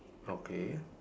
okay